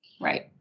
Right